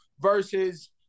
versus